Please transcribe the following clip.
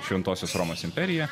šventosios romos imperija